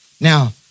Now